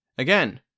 Again